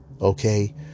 okay